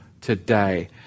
today